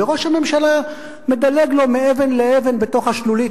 וראש הממשלה מדלג לו מאבן לאבן בתוך השלולית,